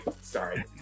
Sorry